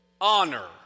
honor